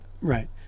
Right